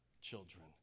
children